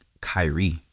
Kyrie